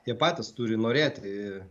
jie patys turi norėti